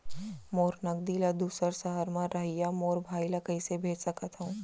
मोर नगदी ला दूसर सहर म रहइया मोर भाई ला कइसे भेज सकत हव?